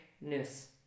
news